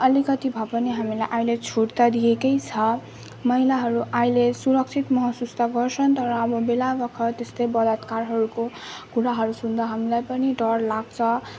अलिकति भए पनि हामीलाई अहिले छुट त दिएकै छ महिलाहरू अहिले सुरक्षित महसुस त गर्छन् तर अब बेलाबखत त्यस्तै बलत्कारहरूको कुराहरू सुन्दा हामीलाई पनि डर लाग्छ